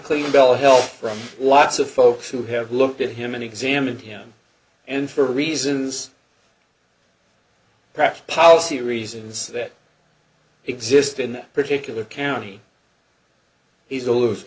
clean bill of health from lots of folks who have looked at him and examined him and for reasons perhaps policy reasons that exist in that particular county he's a lose